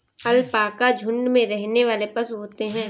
alpaca झुण्ड में रहने वाले पशु होते है